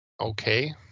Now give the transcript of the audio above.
okay